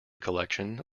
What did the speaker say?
collection